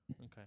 Okay